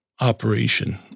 operation